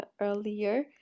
earlier